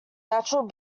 natural